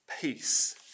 peace